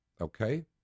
Okay